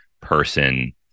person